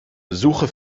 suche